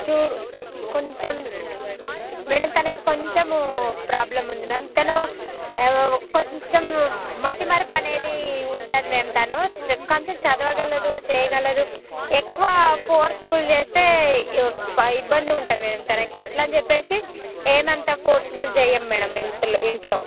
చూరు కొంచెం మేడమ్ తనకి కొంచెము ప్రోబ్లముంది మ్యామ్ తను కొంచెం మతిమరుపనేది ఉంటుంది మ్యామ్ తను చ కొంచెం చదవగలదు చేయగలదు ఎక్కువ ఫోర్సుబుల్ చేస్తే ఇ ఇబ్బందిగుంటుంది మేడమ్ తనకి అట్లని చెప్పేసి ఏమంత ఫోర్సుబుల్ చేయం మేడమ్ ఇంట్ ఇంట్లో